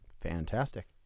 Fantastic